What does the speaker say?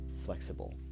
flexible